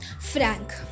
Frank